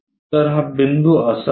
तर हा बिंदू असा आहे